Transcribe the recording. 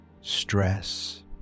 stress